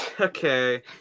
Okay